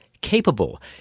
capable